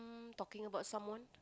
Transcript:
talking about someone